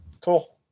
Cool